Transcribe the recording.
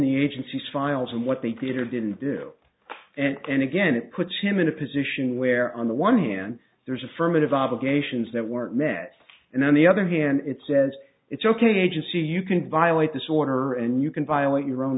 the agency's files and what they did or didn't do and again it puts him in a position where on the one hand there's affirmative obligations that weren't met and on the other hand it says it's ok agency you can violate this order and you can violate your own